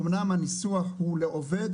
אמנם הניסוח הוא לעובד,